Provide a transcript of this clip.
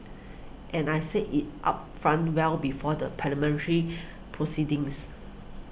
and I said it upfront well before the Parliamentary proceedings